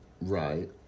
Right